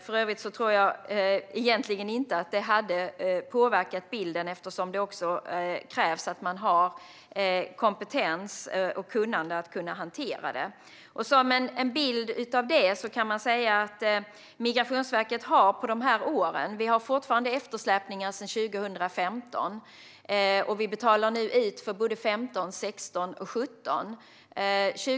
För övrigt tror jag egentligen inte att det hade påverkat bilden, eftersom det också krävs att man har kompetens och kunnande att hantera det hela. För att ge en bild av detta kan jag berätta att Migrationsverket har eftersläpningar sedan 2015. Vi betalar nu ut för såväl 2015 som 2016 och 2107.